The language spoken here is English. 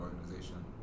organization